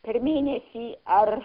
per mėnesį ar